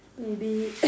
maybe